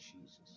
jesus